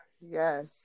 Yes